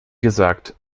gesagt